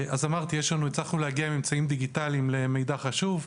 הצלחנו להגיע עם אמצעים דיגיטליים למידע חשוב,